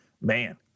Man